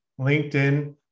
LinkedIn